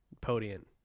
Podium